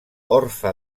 orfe